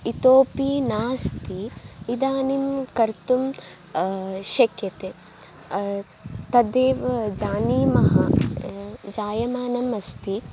इतोऽपि नास्ति इदानीं कर्तुं शक्यते तदेव जानीमः जायमानम् अस्ति